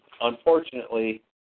unfortunately